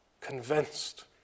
Convinced